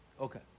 Okay